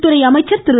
உள்துறை அமைச்சர் திரு